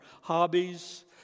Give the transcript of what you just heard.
hobbies